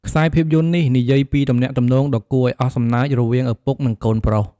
ខ្សែភាពយន្តនេះនិយាយពីទំនាក់ទំនងដ៏គួរឱ្យអស់សំណើចរវាងឪពុក និងកូនប្រុស។